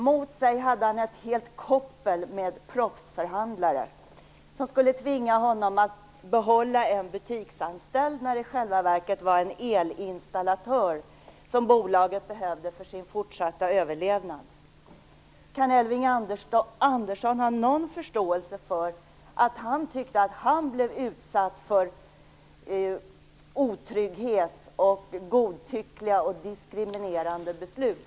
Mot sig hade han ett helt koppel med proffsförhandlare som skulle tvinga honom att behålla en butiksanställd när de i själva verket var en el-installatör bolaget behövde för sin fortsatta överlevnad. Kan Elving Andersson ha någon förståelse för att han tyckte att han blev utsatt för otrygghet och för godtyckliga och diskriminerande beslut?